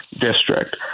district